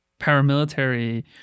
paramilitary